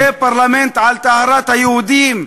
רוצה פרלמנט על טהרת היהודים,